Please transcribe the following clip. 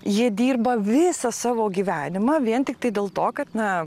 jie dirba visą savo gyvenimą vien tiktai dėl to kad na